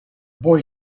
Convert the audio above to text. boy